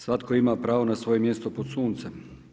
Svatko ima pravo na svoje mjesto pod suncem.